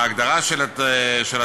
ההגדרה של התלמיד.